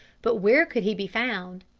but where could he be found?